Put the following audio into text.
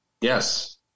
Yes